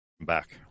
back